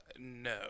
no